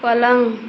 पलंग